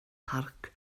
parc